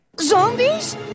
Zombies